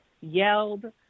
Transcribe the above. yelled